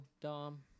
Dom